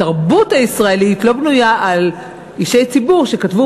התרבות הישראלית לא בנויה על אישי ציבור שכתבו